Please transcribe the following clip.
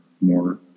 more